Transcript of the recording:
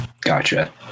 Gotcha